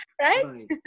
right